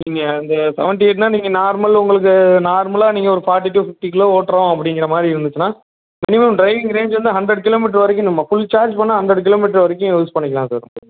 நீங்கள் அந்த செவன்ட்டி எயிட்னா நீங்கள் நார்மல் உங்களுக்கு நார்மலாக நீங்கள் ஒரு ஃபார்ட்டி டூ ஃபிஃப்டிக்குள்ளே ஓட்டுறோம் அப்படிங்கிற மாதிரி இருந்துச்சின்னால் மினிமம் ட்ரைவிங் ரேஞ்ச் வந்து ஹண்ட்ரட் கிலோ மீட்டர் வரைக்கும் நம்ம ஃபுல் சார்ஜ் பண்ணால் ஹண்ட்ரட் கிலோ மீட்டர் வரைக்கும் யூஸ் பண்ணிக்கலாம் சார்